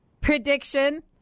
prediction